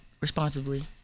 responsibly